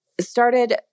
started